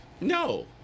No